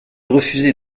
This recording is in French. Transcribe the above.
refuser